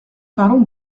parlons